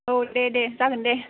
औ देदे जागोन दे